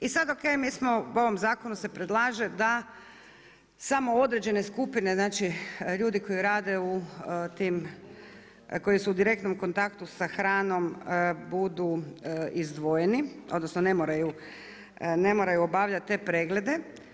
I sada, ok mi smo u ovom zakonu se predlaže da samo određene skupine, znači ljudi koji rade u tim, koji su u direktnom kontaktu sa hranom, budu izdvojeni, odnosno, ne moraju obavljati te preglede.